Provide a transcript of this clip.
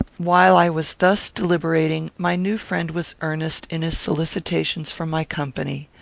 while i was thus deliberating, my new friend was earnest in his solicitations for my company.